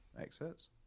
excerpts